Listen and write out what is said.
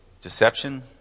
deception